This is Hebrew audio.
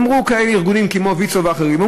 אמרו ארגונים כמו ויצו ואחרים: